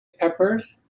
peppers